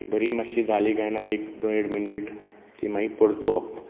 ती बरी मातशी जाली कांय ना एक देड मिनेट ती मागीर परतुवप